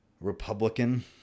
Republican